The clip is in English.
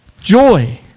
Joy